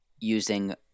using